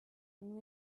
and